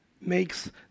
makes